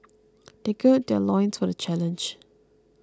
they gird their loins for the challenge